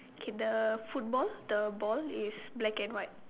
okay the football the ball is black and white